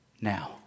now